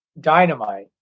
Dynamite